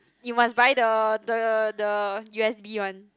you must buy the the the U_S_B one